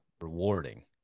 rewarding